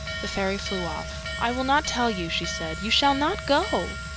the fairy flew off. i will not tell you, she said. you shall not go.